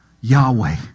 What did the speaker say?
Yahweh